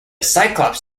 cyclops